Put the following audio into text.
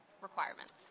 requirements